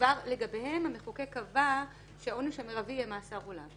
שכבר לגביהן המחוקק קבע שהעונש המרבי יהיה מאסר עולם.